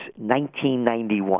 1991